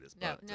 no